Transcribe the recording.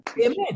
Amen